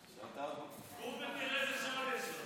קום ותראה איזה שעון יש לו.